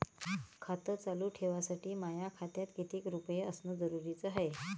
खातं चालू ठेवासाठी माया खात्यात कितीक रुपये असनं जरुरीच हाय?